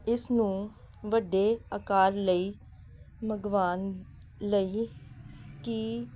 ਇਸ ਨੂੰ ਵੱਡੇ ਆਕਾਰ ਲਈ ਮੰਗਵਾਉਣ ਲਈ ਕੀ